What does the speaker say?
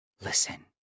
Listen